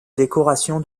décoration